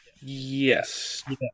Yes